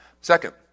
Second